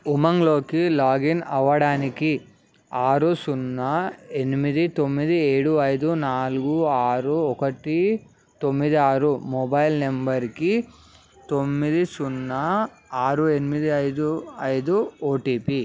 ఉమంగ్లోకి login అవ్వడానికి ఆరు సున్నా ఎనిమిది తొమ్మిది ఏడు ఐదు నాలుగు ఆరు ఒకటి తొమ్మిది ఆరు మొబైల్ నంబరుకి తొమ్మిది సున్నా ఆరు ఎనిమిది ఐదు ఐదు ఓటీపీ